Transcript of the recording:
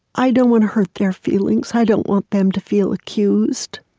i don't want to hurt their feelings. i don't want them to feel accused.